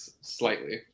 slightly